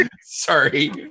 Sorry